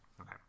Okay